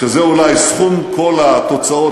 שזה אולי סכום כל התוצאות,